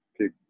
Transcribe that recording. pick